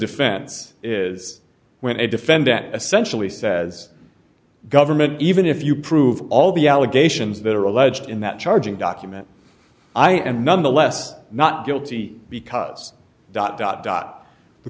defense is when a defendant essentially says government even if you prove all the allegations that are alleged in that charging document i am none the less not guilty because dot dot dot the